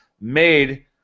made